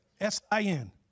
S-I-N